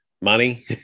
money